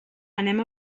anem